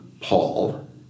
Paul